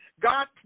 God